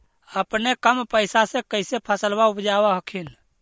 अपने कम पैसा से कैसे फसलबा उपजाब हखिन?